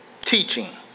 Teaching